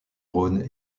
rhône